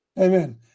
Amen